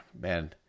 man